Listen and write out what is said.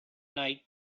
night